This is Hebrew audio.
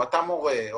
מורה,